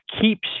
keeps